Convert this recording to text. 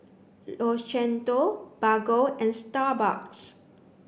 Bargo and Starbucks